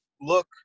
look